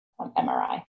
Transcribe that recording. MRI